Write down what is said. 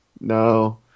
No